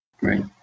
Right